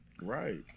Right